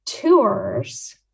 tours